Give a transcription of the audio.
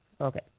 Okay